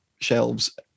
shelves